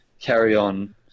carry-on